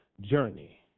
journey